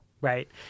right